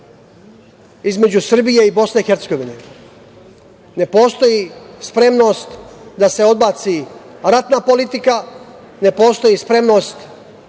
između Srbije i BiH. Ne postoji spremnost da se odbaci ratna politika, ne postoji spremnost